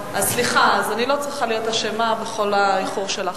סליחה, אני לא צריכה להיות אשמה בכל האיחור שלך.